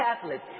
Catholic